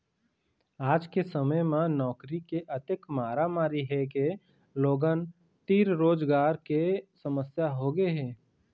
आज के समे म नउकरी के अतेक मारामारी हे के लोगन तीर रोजगार के समस्या होगे हे